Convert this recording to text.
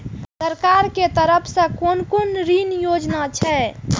सरकार के तरफ से कोन कोन ऋण योजना छै?